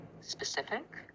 specific